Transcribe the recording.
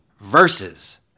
versus